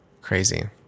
crazy